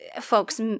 folks